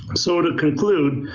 so to conclude,